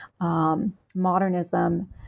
modernism